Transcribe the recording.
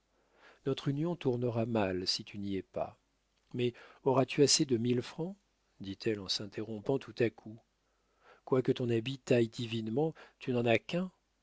notre union tournera mal si tu n'y es pas mais auras-tu assez de mille francs dit-elle en s'interrompant tout à coup quoique ton habit t'aille divinement tu n'en as qu'un